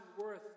worth